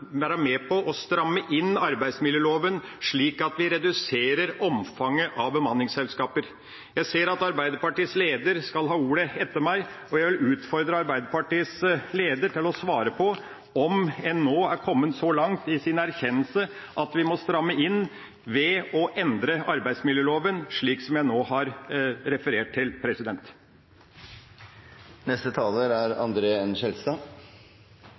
være med på å stramme inn arbeidsmiljøloven, slik at vi reduserer omfanget av bemanningsselskaper? Jeg ser at Arbeiderpartiets leder skal ha ordet etterpå, og jeg vil utfordre Arbeiderpartiets leder til å svare på om en nå er kommet så langt i sin erkjennelse at vi må stramme inn ved å endre arbeidsmiljøloven, slik som jeg nå har referert til. Bygg og anlegg er